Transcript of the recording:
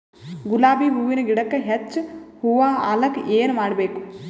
ಗುಲಾಬಿ ಹೂವಿನ ಗಿಡಕ್ಕ ಹೆಚ್ಚ ಹೂವಾ ಆಲಕ ಏನ ಮಾಡಬೇಕು?